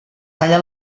talla